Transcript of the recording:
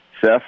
Seth